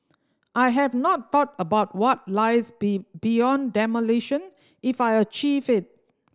I have not thought about what lies be beyond demolition if I achieve it